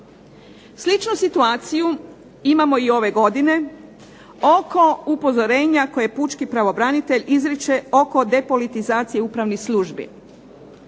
Sličnu situaciju imamo i ove godine oko upozorenja koje pučki pravobranitelj izriče oko depolitizacije upravnih službi.